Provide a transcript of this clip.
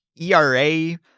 ERA